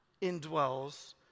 indwells